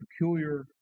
peculiar